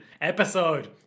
episode